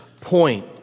point